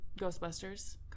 Ghostbusters